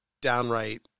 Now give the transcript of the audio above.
downright